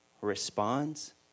responds